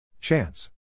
Chance